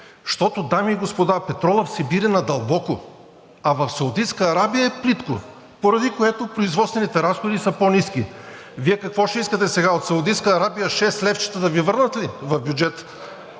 защото, дами и господа, петролът в Сибир е надълбоко, а в Саудитска Арабия е плитко, поради което производствените разходи са по-ниски. Вие какво ще искате сега – от Саудитска Арабия шест левчета да Ви върнат в бюджета